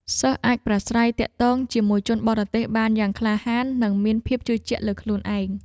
សិស្សអាចប្រាស្រ័យទាក់ទងជាមួយជនបរទេសបានយ៉ាងក្លាហាននិងមានភាពជឿជាក់លើខ្លួនឯង។